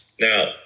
Now